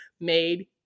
made